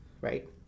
right